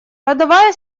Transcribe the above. подавая